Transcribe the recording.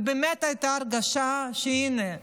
ובאמת הייתה הרגשה שהינה,